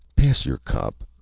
pass your cup.